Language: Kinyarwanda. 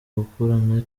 gukorana